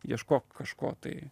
ieškok kažko tai